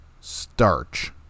starch